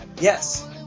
Yes